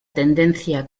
tendencia